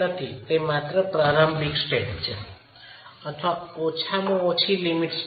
તે માત્ર પ્રારંભિક સ્ટેટ છે અથવા ઓછામાં ઓછી લિમિટ સ્ટેટ છે